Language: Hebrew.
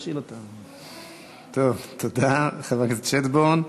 תודה לחבר הכנסת שטבון.